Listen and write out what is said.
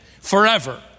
forever